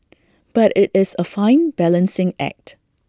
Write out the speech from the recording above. but IT is A fine balancing act